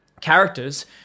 characters